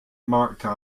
marketed